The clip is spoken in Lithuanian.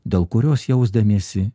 dėl kurios jausdamiesi